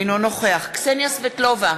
אינו נוכח קסניה סבטלובה,